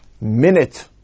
minute